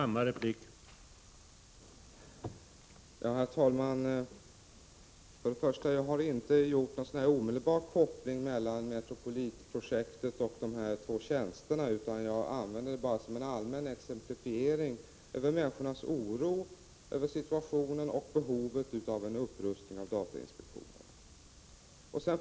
Herr talman! För det första vill jag säga att jag inte har gjort någon omedelbar koppling mellan Metropolitprojektet och två ytterligare tjänster vid datainspektionen, utan jag använde Metropolitprojektet bara som en allmän exemplifiering beträffande människornas oro över situationen och behovet av en upprustning av datainspektionen.